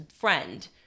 friend